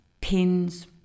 pins